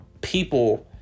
people